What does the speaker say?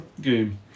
game